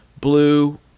blue